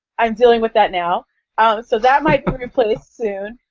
i'm dealing with that now ah so that might be replaced soon.